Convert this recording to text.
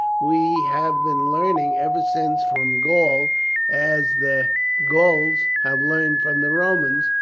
we have been learning ever since from gaul as the gauls have learned from the romans,